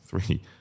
three